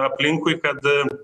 aplinkui kad